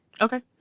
Okay